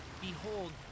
behold